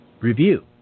review